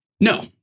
No